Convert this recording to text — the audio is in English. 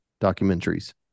documentaries